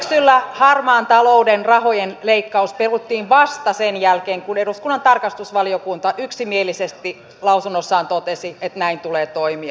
syksyllä harmaan talouden rahojen leikkaus peruttiin vasta sen jälkeen kun eduskunnan tarkastusvaliokunta yksimielisesti lausunnossaan totesi että näin tulee toimia